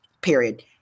period